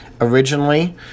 Originally